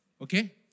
Okay